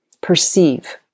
perceive